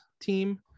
team